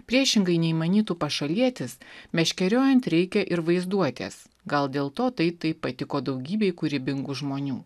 priešingai nei manytų pašalietis meškeriojant reikia ir vaizduotės gal dėl to tai taip patiko daugybei kūrybingų žmonių